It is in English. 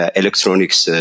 electronics